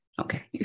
Okay